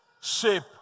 shape